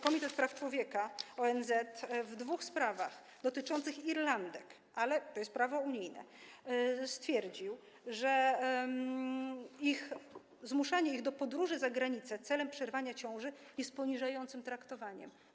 Komitet Praw Człowieka ONZ w dwóch sprawach dotyczących Irlandek - to jest prawo unijne - stwierdził, że zmuszanie ich do podróży za granicę celem przerwania ciąży jest poniżającym traktowaniem.